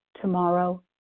tomorrow